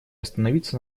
остановиться